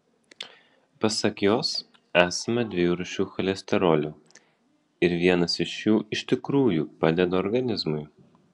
pasak jos esama dviejų rūšių cholesterolio ir vienas iš jų iš tikrųjų padeda organizmui